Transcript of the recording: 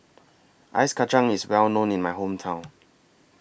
Ice Kacang IS Well known in My Hometown